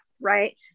right